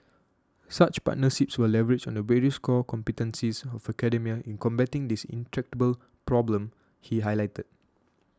such partnerships will leverage on the various core competencies of academia in combating this intractable problem he highlighted